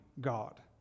God